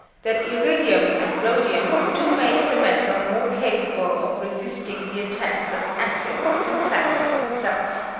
that iridium and rhodium do make the metal more capable of resisting the attacks of acids than platinum itself.